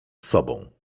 sobą